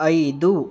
ಐದು